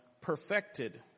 perfected